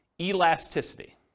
elasticity